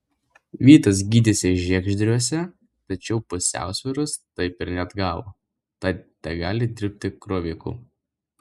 vytas gydėsi žiegždriuose tačiau pusiausvyros taip ir neatgavo tad tegali dirbti kroviku